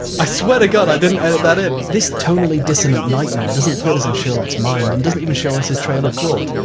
i swear to god, i didn't edit that in. this tonally dissonant nightmare doesn't put us in sherlock's mind and doesn't even show us his trail of thought.